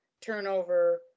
turnover